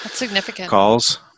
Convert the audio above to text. calls